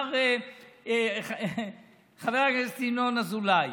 אמר חבר הכנסת ינון אזולאי,